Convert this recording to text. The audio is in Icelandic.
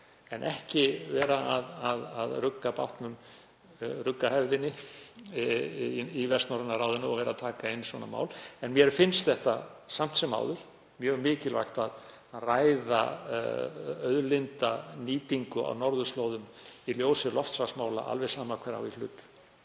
ekki rugga bátnum, rugga hefðinni í Vestnorræna ráðinu og taka inn svona mál. En mér finnst samt sem áður mjög mikilvægt að ræða auðlindanýtingu á norðurslóðum í ljósi loftslagsmála, alveg sama hver á í hlut.